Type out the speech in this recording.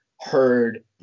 heard